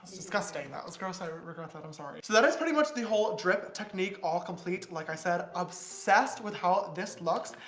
disgusting, that was gross. i regret that, i'm sorry. so that is pretty much the whole drip technique, all complete. like i said, obsessed with how this looks.